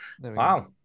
wow